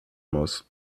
muss